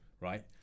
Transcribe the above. right